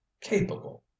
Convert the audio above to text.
capable